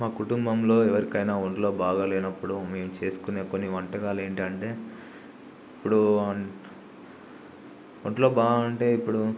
మా కుటుంబంలో ఎవరికైనా ఒంట్లో బాగా లేనప్పుడు మేము చేసుకునే కొన్ని వంటకాలు ఏంటి అంటే ఇప్పుడు ఒంట్లో బాగా అంటే ఇప్పుడు